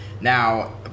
Now